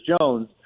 Jones